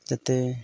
ᱡᱟᱛᱮ